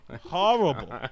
Horrible